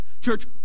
Church